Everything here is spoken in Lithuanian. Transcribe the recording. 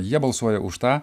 jie balsuoja už tą